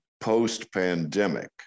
post-pandemic